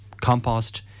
compost